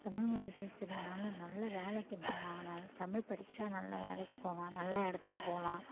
தமிழ் மொழி பேசுகிறதுனால நல்ல வேலைக்கு போகலான் நல்ல தமிழ் படித்தா நல்ல வேலைக்கு போகலாம் நல்ல இடத்துக்கு போகலான்